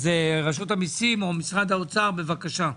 רשות המיסים או משרד האוצר, בבקשה.